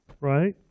right